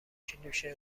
کیلوشه